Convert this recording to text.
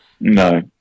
No